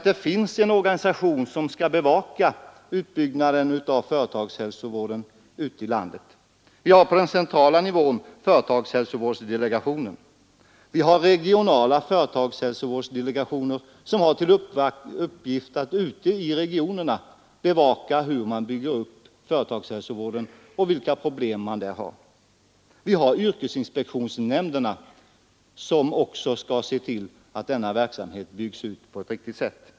Det finns organ som skall bevaka utbyggnaden av företagshälsovården ute i landet. Vi har på den centrala nivån företagshälsovårdsdelegationen, och det finns regionala hälsovårdsdelegationer som har till uppgift att ute i regionerna bevaka hur man bygger upp företagshälsovården och vilka problem man där har. Vidare har vi yrkesinspektionsnämnderna, som också skall se till att denna verksamhet byggs ut på ett riktigt sätt.